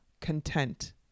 content